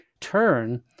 turn